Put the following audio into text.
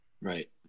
Right